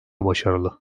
başarılı